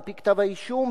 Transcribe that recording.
על-פי כתב-האישום,